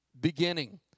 Beginning